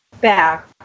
back